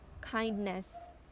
kindness